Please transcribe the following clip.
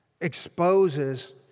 Exposes